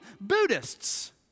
Buddhists